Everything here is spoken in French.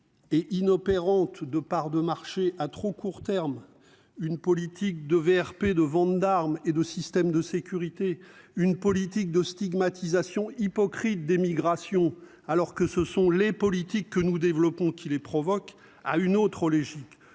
Et inopérante de parts de marché à trop court terme. Une politique de VRP de vente d'armes et de systèmes de sécurité. Une politique de stigmatisation hypocrite d'émigration, alors que ce sont les politiques que nous développons qui les provoque à une autre logique